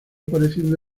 apareciendo